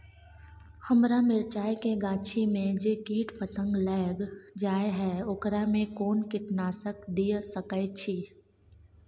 हमरा मिर्चाय के गाछी में जे कीट पतंग लैग जाय है ओकरा में कोन कीटनासक दिय सकै छी?